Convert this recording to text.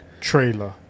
trailer